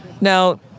Now